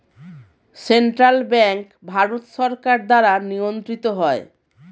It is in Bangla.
সেন্ট্রাল ব্যাঙ্ক ভারত সরকার দ্বারা নিয়ন্ত্রিত হয়